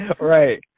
right